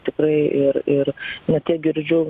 tikrai ir ir ne tiek girdžiu